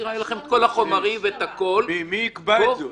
חקירה היו לכם כל החומרים והכול --- מי יקבע את זה?